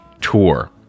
tour